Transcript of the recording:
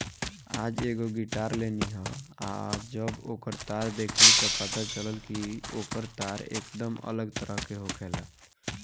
आज एगो गिटार लेनी ह आ जब ओकर तार देखनी त पता चलल कि ओकर तार एकदम अलग तरह के होखेला